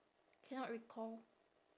cannot recall